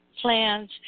plans